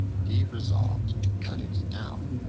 he resolved to cut it down,